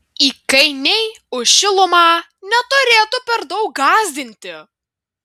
įkainiai už šilumą neturėtų per daug gąsdinti